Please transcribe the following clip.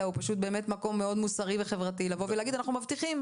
אלא הוא פשוט מקום מאוד מוסרי וחברתי לבוא ולהגיד "אנחנו מבטיחים".